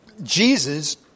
Jesus